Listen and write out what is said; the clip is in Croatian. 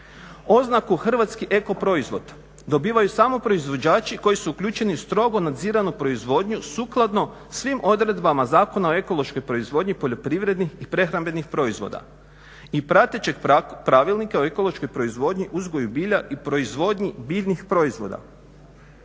Oznaku Hrvatski eko proizvod dobivaju samo proizvođači koji su uključeni u strogo nadziranu proizvodnju sukladno svim odredbama Zakona o ekološkoj proizvodnji poljoprivrednih i prehrambenih proizvoda i pratećeg Pravilnika o ekološkoj proizvodnji, uzgoju bilja i proizvodnji biljnih proizvoda.